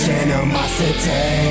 animosity